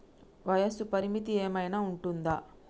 వయస్సు పరిమితి ఏమైనా ఉంటుందా?